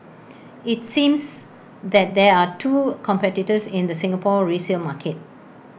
IT seems that there are two competitors in the Singapore resale market